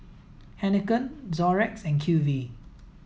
Heinekein Xorex and Q Z